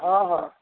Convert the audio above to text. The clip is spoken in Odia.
ହଁ ହଁ